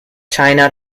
china